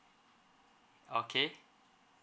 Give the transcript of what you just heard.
okay